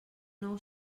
nou